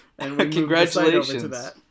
Congratulations